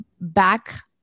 back